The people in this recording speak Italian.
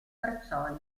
braccioli